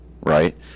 Right